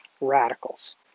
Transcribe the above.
radicals